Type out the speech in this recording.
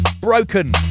Broken